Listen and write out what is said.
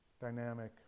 dynamic